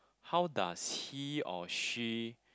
how does he or she